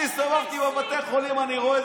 אני הסתובבתי בבתי חולים ואני רואה,